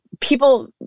people